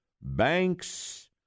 banks